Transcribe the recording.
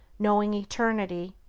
knowing eternity,